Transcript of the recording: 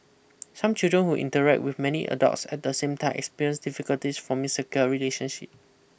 some children who interact with many adults at the same time experience difficulties forming secure relationship